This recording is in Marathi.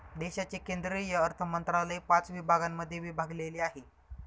देशाचे केंद्रीय अर्थमंत्रालय पाच विभागांमध्ये विभागलेले आहे